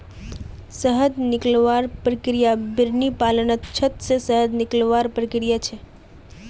शहद निकलवार प्रक्रिया बिर्नि पालनत छत्ता से शहद निकलवार प्रक्रिया छे